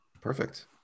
perfect